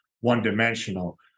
one-dimensional